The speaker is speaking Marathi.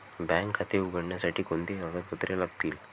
बँक खाते उघडण्यासाठी कोणती कागदपत्रे लागतील?